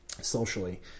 socially